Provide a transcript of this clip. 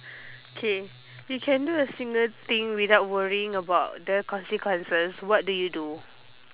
okay you can do a single thing without worrying about the consequences what do you do